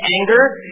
anger